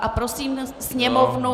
A prosím Sněmovnu...